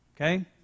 Okay